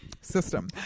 system